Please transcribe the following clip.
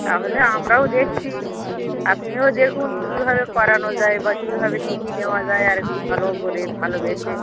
তাহলে আমরাও দেখছি আপনিও দেখুন কীভাবে করানো যায় বা কীভাবে শিখিয়ে নেওয়া যায় আরেকটু ভালো করে ভালোবেসে